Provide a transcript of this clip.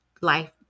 life